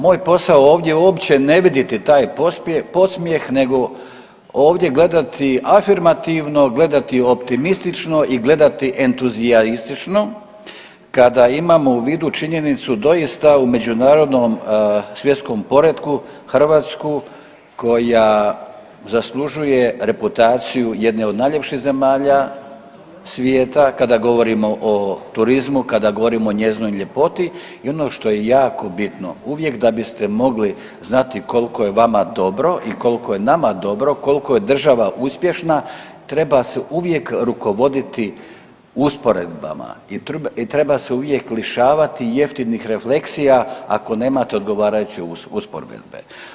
Moj posao ovdje uopće ne viditi taj podsmjeh nego ovdje gledati afirmativno, gledati optimistično i gledati entuzijaistično kada imamo u vidu činjenicu doista u međunarodnom svjetskom poretku Hrvatsku koja zaslužuje reputaciju jedne od najljepših zemalja svijeta kada govorimo o turizmu, kada govorimo o njezinoj ljepoti i ono što je jako bitno uvijek da biste mogli znati koliko je vama dobro i koliko je nama dobro kolko je država uspješna treba se uvijek rukovoditi usporedbama i treba se uvijek lišavati jeftinih refleksija ako nemate odgovarajuće usporedbe.